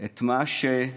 את מה שעגנון,